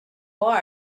are